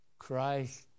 Christ